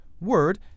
word